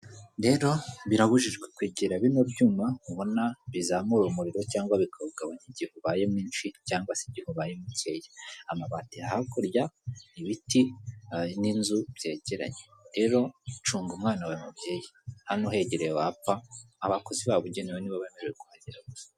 Rero birabujijwe kwegera bino byuma ubona bizamura umuriro cyangwa bikawugabanya igihe ubaye mshi cyangwa se igihubaye umukeya, amabati hakurya, ibiti n'inzu byege, reroro cunga umwana wawe mubyeyi, hano uhegereye wapfa, abakozi babugenewe nibo bemerewe kuhagera gusa.